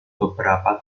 beberapa